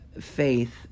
faith